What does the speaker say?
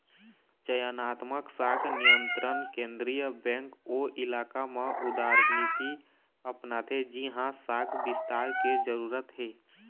चयनात्मक शाख नियंत्रन केंद्रीय बेंक ओ इलाका म उदारनीति अपनाथे जिहाँ शाख बिस्तार के जरूरत हे